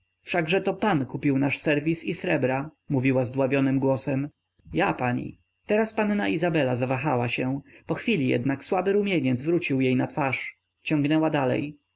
wszakże to pan kupił nasz serwis i srebra mówiła zdławionym głosem ja pani teraz panna izabela zawahała się po chwili jednak słaby rumieniec wrócił jej na twarz ciągnęła dalej